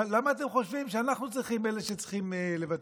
למה אתם חושבים שאנחנו אלה שצריכים לוותר?